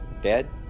Dead